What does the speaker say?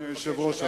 אדוני היושב-ראש,